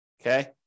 Okay